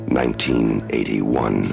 1981